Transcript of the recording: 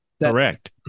Correct